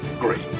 great